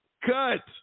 Cut